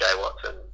Watson